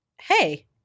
hey